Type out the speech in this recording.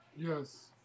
Yes